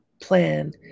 plan